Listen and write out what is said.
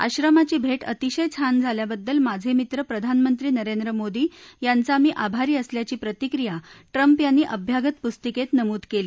आश्रमाची भेट अतिशय छान झाल्याबद्दल माझे मित्र प्रधानमंत्री नरेंद्र मोदी यांचा मी आभारी असल्याची प्रतिक्रिया ट्रम्प यांनी अभ्यागत पुस्तिकेत नमूद केली